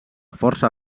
força